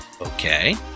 okay